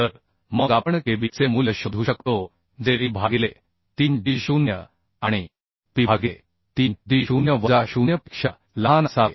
तर मग आपण kB चे मूल्य शोधू शकतो जे e भागिले 3d0 आणि p भागिले 3d0 वजा 0 पेक्षा लहान असावे